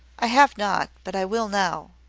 i have not, but i will now.